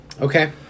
Okay